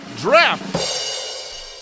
draft